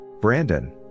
Brandon